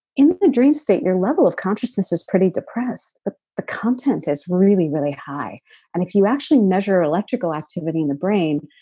in the dream state, your level of consciousness is pretty depressed but the content is really, really high and if you actually measure electrical activity in the brain,